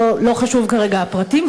לא חשוב כרגע הפרטים,